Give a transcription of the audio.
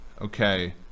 okay